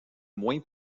moins